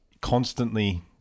constantly